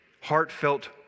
heartfelt